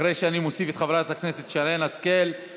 אחרי שאני מוסיף את חברת הכנסת שרן השכל,